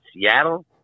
Seattle